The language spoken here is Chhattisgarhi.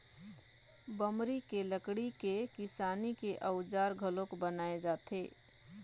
बमरी के लकड़ी के किसानी के अउजार घलोक बनाए जाथे